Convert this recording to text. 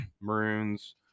maroons